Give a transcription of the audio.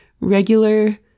regular